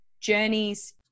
journeys